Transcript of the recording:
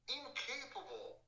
incapable